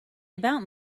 about